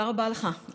תודה רבה לך,